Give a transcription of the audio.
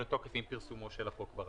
לתוקף עם פרסומו של החוק ברשומות.